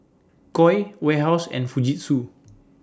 Koi Warehouse and Fujitsu